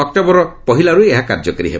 October ପହିଲାରୁ ଏହା କାର୍ଯ୍ୟକାରୀ ହେବ